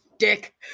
dick